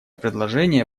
предложение